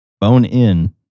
bone-in